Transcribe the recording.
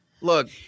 look